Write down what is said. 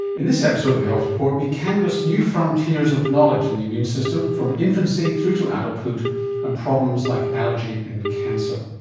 in this episode of the health report we canvass new frontiers of knowledge in the immune system, from infancy through to adulthood and problems like allergy and cancer.